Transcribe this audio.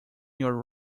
your